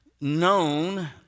known